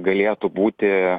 galėtų būti